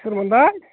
सोरमोनबा